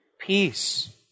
peace